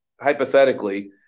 hypothetically